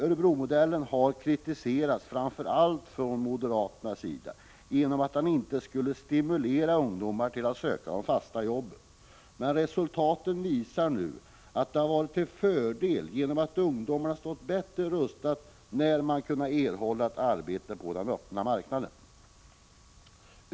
Örebromodellen har kritiserats, framför allt ffån moderaterna, för att den inte skulle stimulera ungdomar att söka fasta jobb. Resultatet visar att den har varit till fördel, genom att ungdomarna har stått bättre rustade när de kunnat erhålla arbete på den öppna arbetsmarknaden.